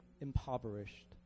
impoverished